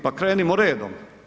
Pa krenimo redom.